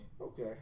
Okay